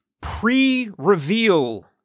pre-reveal